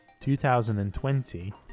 2020